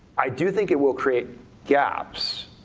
i do think it will create gaps,